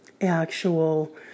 actual